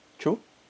true